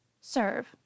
Serve